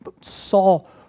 Saul